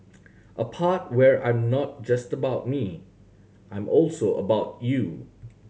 a part where I'm not just about me I'm also about you